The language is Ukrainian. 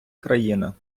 країна